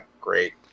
great